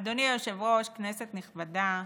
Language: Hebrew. אדוני היושב-ראש, כנסת נכבדה,